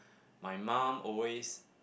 my mum always